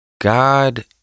God